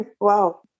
Wow